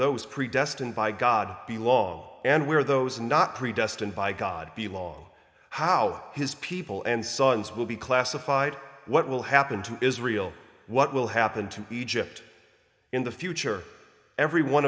those predestined by god be logged and where those not predestined by god the law how his people and sons will be classified what will happen to israel what will happen to egypt in the future everyone